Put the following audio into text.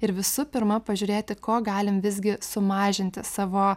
ir visų pirma pažiūrėti ko galim visgi sumažinti savo